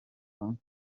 frank